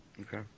Okay